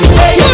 hey